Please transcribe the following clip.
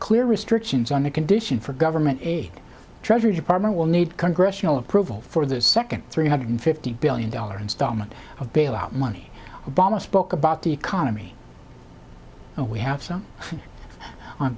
clear restrictions on the condition for government aid treasury department will need congressional approval for the second three hundred fifty billion dollars installment of bailout money obama spoke about the economy and we have some on